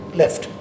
left